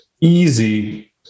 easy